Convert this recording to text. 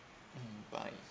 mm bye